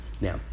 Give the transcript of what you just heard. Now